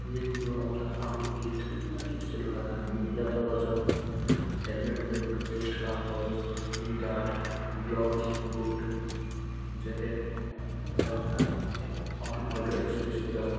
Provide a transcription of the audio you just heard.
main कुरो आउँछ आफ्नो किट जुन चाहिँ चाहिँ लगाएर हामी यात्रा गर्छौँ हेलमेट भयो चेस्ट गार्ड भयो knee guard gloves boot jacket र अरू फाल्तु एक्ससरिज र